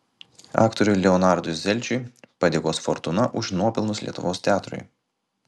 aktoriui leonardui zelčiui padėkos fortūna už nuopelnus lietuvos teatrui